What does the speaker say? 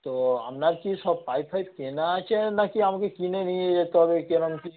তো আপনার কি সব পাইপ ফাইপ কেনা আছে না কি আমাকে কিনে নিয়ে যেতে হবে কীরকম কী